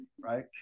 right